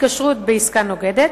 התקשרות בעסקה נוגדת),